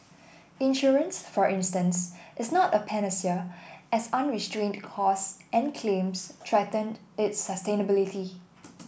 insurance for instance is not a panacea as unrestrained costs and claims threaten its sustainability